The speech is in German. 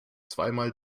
zweimal